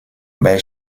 bei